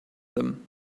them